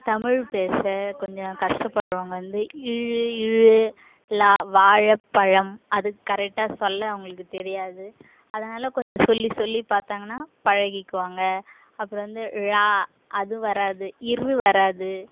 தமிழ் பேச கொஞ்சம் கஷ்டபடுறவங்க வந்து ல்லு ர்ரு லா வாழைப்பழம் அது கரெக்டாக சொல்ல அவங்களுக்கு தெரியாது அதனால கொஞ்சம் சொல்லி சொல்லி பார்த்தாங்கன்னா பழகிக்குவாங்க அப்புறம் வந்து ழ அது வராது ர்ரு வராது